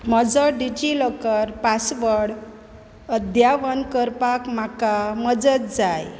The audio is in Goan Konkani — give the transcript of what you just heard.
म्हजो डिजिलॉकर पासवर्ड अध्यावन करपाक म्हाका मजत जाय